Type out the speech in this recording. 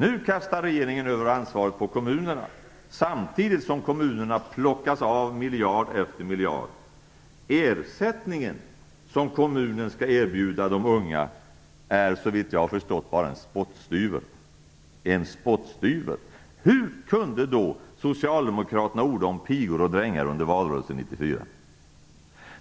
Nu kastar regeringen över ansvaret på kommunerna samtidigt som kommunerna plockas på miljard efter miljard. Ersättningen som kommunerna skall erbjuda de unga är såvitt jag har förstått bara en spottstyver - en spottstyver! Hur kunde då socialdemokraterna orda om pigor och drängar under valrörelsen 1994?